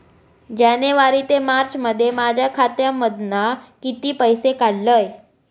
जानेवारी ते मार्चमध्ये माझ्या खात्यामधना किती पैसे काढलय?